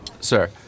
sir